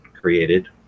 created